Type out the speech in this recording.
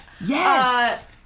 Yes